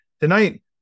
Tonight